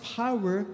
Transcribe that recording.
power